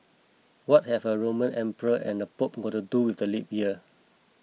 what have a Roman emperor and a Pope got to do with the leap year